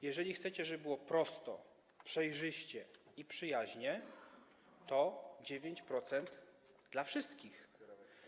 Jeżeli chcecie, żeby było prosto, przejrzyście i przyjaźnie, to zróbcie 9% dla wszystkich.